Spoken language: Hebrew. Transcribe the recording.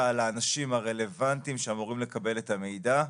לאנשים הרלוונטיים שאמורים לקבל את המידע.